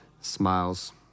Smiles